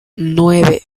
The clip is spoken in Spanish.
nueve